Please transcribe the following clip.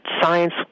science